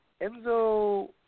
Enzo